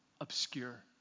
obscure